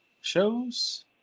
shows